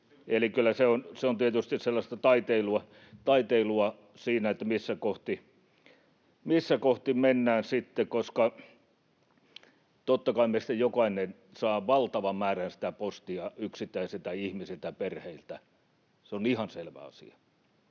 Kyllä se on tietysti sellaista taiteilua siinä, että missä kohti mennään sitten, koska totta kai meistä jokainen saa valtavan määrän sitä postia yksittäisiltä ihmisiltä ja perheiltä, se on ihan selvä asia,